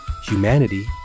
humanity